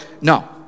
no